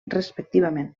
respectivament